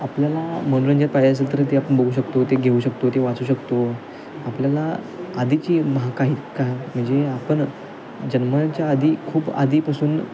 आपल्याला मनोरंजन पाहिजे असेल तर ते आपण बघू शकतो ते घेऊ शकतो ते वाचू शकतो आपल्याला आधीची महा काही का म्हणजे आपण जन्माच्या आधी खूप आधीपासून